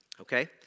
Okay